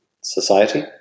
society